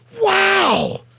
wow